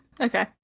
Okay